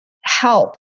help